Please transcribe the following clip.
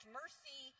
mercy